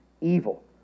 evil